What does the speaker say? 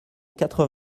quatre